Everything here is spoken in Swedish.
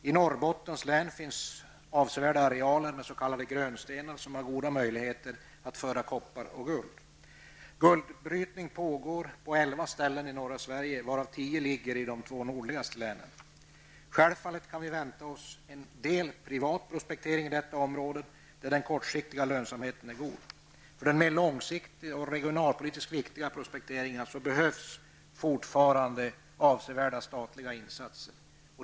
I Norrbottens län finns avsevärda arealer s.k. grönstenar som har goda möjligheter att föra koppar och guld. Guldbrytning pågår på elva ställen i norra Sverige varav tio ligger i de två nordligaste länen. Självfallet kan vi vänta oss en del privat prospektering i dessa områden, där även den kortsiktiga lönsamheten är god. För den mer långsiktiga och regionalpolitiskt viktiga prospekteringen behövs avsevärda statliga insatser.